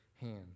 hand